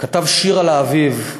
כתב שיר על האביב,